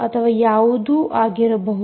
ಅಥವಾ ಯಾವುದೂ ಆಗಿರಬಹುದು